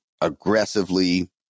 aggressively